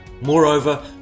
Moreover